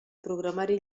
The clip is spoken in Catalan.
programari